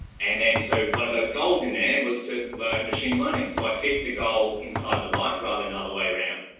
and then so one of those goals in there was to learn machine learning, so i fit the goal inside the life rather than other way around,